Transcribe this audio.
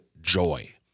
joy